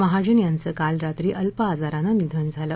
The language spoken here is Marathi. महाजन यांचं काल रात्री अल्प आजारानं निधन झालं